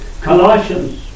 Colossians